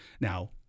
Now